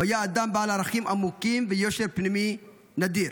הוא היה אדם בעל ערכים עמוקים ויושר פנימי נדיר.